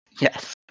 Yes